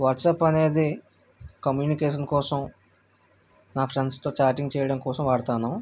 WhatsApp అనేది communication కోసం నా ఫ్రెండ్స్తో చాటింగ్ చేయడం కోసం వాడతాను